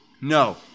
No